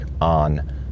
on